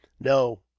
No